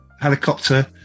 helicopter